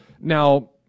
Now